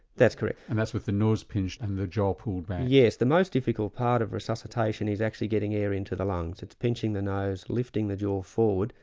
that's correct. and that's with the nose pinched and the jaw pulled back? yes. the most difficult part of resuscitation is actually getting air into the lungs, it's pinching the nose, lifting the jaw forward,